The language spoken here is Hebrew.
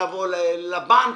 לבוא לבנק,